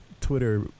Twitter